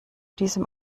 diesem